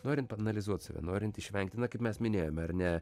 norint paanalizuoti save norint išvengti na kaip mes minėjome ar ne